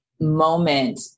moment